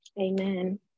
Amen